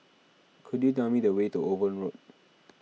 could you tell me the way to Owen Road